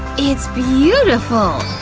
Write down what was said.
it's beautiful!